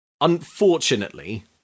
Unfortunately